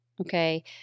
Okay